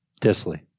Disley